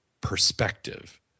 perspective